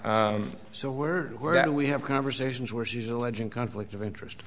so were were that we have conversations where she's alleging conflict of interest